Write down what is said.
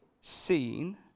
seen